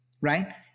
Right